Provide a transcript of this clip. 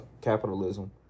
capitalism